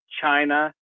China